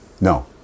No